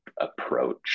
approach